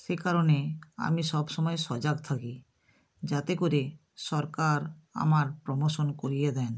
সে কারণে আমি সবসময় সজাগ থাকি যাতে করে সরকার আমার প্রমোশন করিয়ে দেন